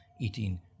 eating